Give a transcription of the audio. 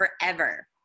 forever